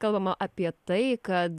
kalbama apie tai kad